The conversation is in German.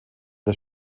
das